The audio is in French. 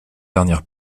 dernière